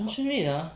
junction eight ah